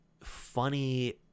funny